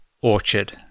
Orchard